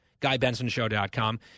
GuyBensonShow.com